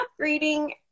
upgrading